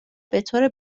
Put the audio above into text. بطور